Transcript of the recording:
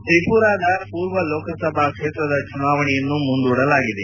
ತ್ರಿಪುರಾದ ಪೂರ್ವ ಲೋಕಸಭಾ ಕ್ಷೇತ್ರದ ಚುನಾವಣೆಯನ್ನು ಮುಂದೂಡಲಾಗಿದೆ